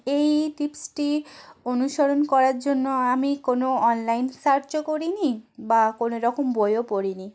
এই টিপসটি অনুসরণ করার জন্য আমি কোনো অনলাইন সার্চও করি নি বা কোন রকম বইও পড়ি নি